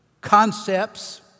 concepts